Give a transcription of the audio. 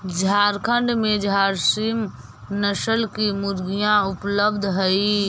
झारखण्ड में झारसीम नस्ल की मुर्गियाँ उपलब्ध हई